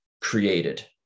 created